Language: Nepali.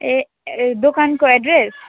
ए ए दोकानको एड्रेस